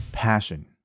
passion